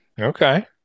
Okay